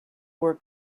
were